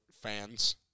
fans